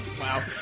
Wow